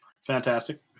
Fantastic